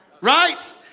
right